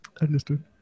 Understood